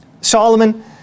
Solomon